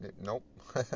nope